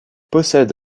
possède